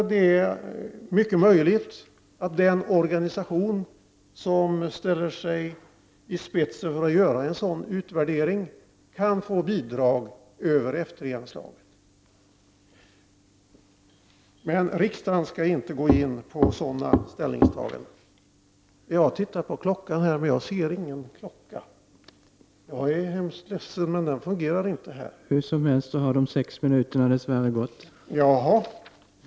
Det är mycket möjligt att den organisation som ställer sig i spetsen för att göra en sådan utvärdering kan få bidrag över F 3-anslaget. Men riksdagen skall inte gå in på sådana ställningstaganden. Jag har nu inte mer tid till mitt förfogande, och jag får lämna de övriga reservationerna till deras öde. Jag yrkar bifall till utskottets hemställan.